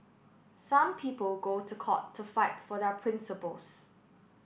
some people go to court to fight for their principles